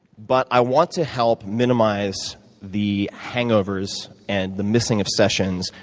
but i want to help minimize the hangovers and the missing of sessions,